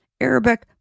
Arabic